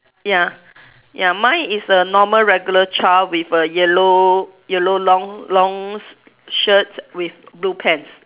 ya ya mine is a normal regular child with a yellow yellow long long s~ shirt with blue pants